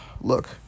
Look